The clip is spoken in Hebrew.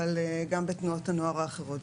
אבל גם בתנועות הנוער האחרות.